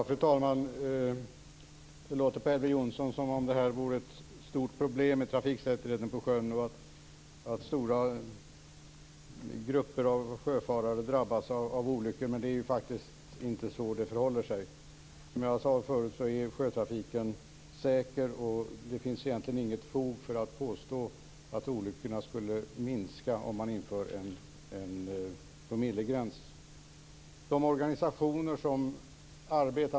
Fru talman! Det låter på Elver Jonsson som om trafiksäkerheten på sjön vore ett stort problem och att stora grupper av sjöfarare drabbas av olyckor. Det är faktiskt inte så det förhåller sig. Som jag sade förut är sjötrafiken säker. Det finns egentligen inget fog för att påstå att antalet olyckor skulle minska om man inför en promillegräns.